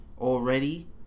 already